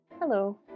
Hello